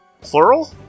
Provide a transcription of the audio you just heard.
Plural